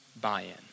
buy-in